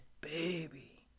baby